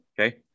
Okay